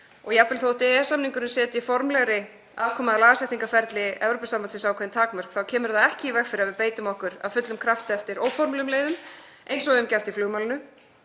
Og jafnvel þótt EES-samningurinn setji formlegri aðkomu að lagasetningarferli Evrópusambandsins ákveðin takmörk þá kemur það ekki í veg fyrir að við beitum okkur af fullum krafti eftir óformlegum leiðum eins og við höfum gert í flugmálinu.